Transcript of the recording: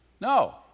No